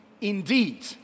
Indeed